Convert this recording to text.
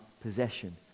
possession